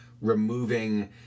removing